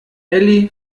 elli